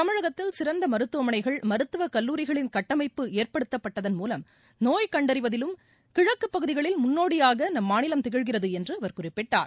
தமிழகத்தில் சிறந்த மருத்துவமனைகள் மருத்துவக்கல்லூரிகளின் கட்டமைப்பு ஏற்படுத்தப்பட்டதன் மூலம் நோய் கண்டறிவதிலும் கிழக்குப் பகுதிகளில் முன்னோடியாக நம் மாநிலம் திகழ்கிறது என்று அவர் குறிப்பிட்டார்